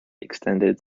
extended